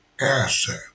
asset